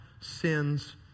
sin's